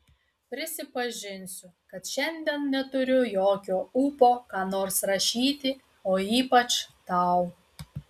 prisipažinsiu kad šiandien neturiu jokio ūpo ką nors rašyti o ypač tau